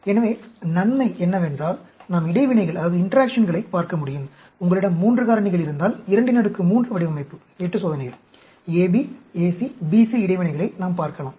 எனவே நன்மை என்னவென்றால் நாம் இடைவினைகளைப் பார்க்க முடியும் உங்களிடம் மூன்று காரணிகள் இருந்தால் 23 வடிவமைப்பு 8 சோதனைகள் AB AC BC இடைவினைகளைப் நாம் பார்க்கலாம்